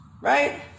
right